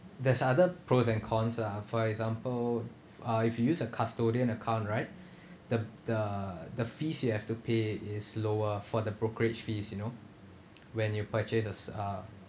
there's other pros and cons lah for example uh if you use a custodian account right the the the fees you have to pay is lower for the brokerage fees you know when you purchases a